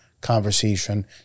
conversation